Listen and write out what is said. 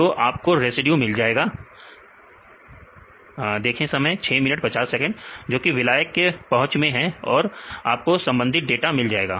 तो आपको रेसिड्यू मिल जाएगा देखें समय 0650 जोकि विलायक के पहुंच में है और आपको संबंधित डाटा मिल जाएगा